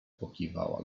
pokiwała